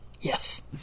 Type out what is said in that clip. Yes